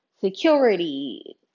security